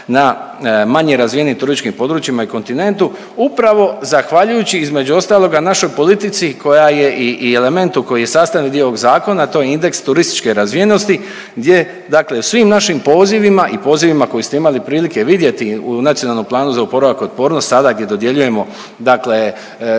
na manje razvijenim turističkim područjima i kontinentu, upravo zahvaljujući između ostaloga našoj politici koja je i, i elementu koji je sastavni dio ovog zakona, to je indeks turističke razvijenosti gdje dakle u svim našim pozivima i pozivima koje ste imali prilike vidjeti u Nacionalnom planu za oporavak i otpornost, sada gdje dodjeljujemo dakle